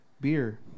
beer